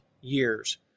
years